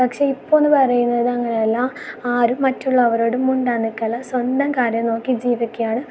പക്ഷേ ഇപ്പോൾ എന്ന് പറയുന്നത് അങ്ങനെയല്ല ആരും മറ്റുള്ളവരോട് മിണ്ടാൻ നിൽക്കില്ല സ്വന്തം കാര്യം നോക്കി ജീവിക്കയാണ്